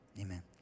Amen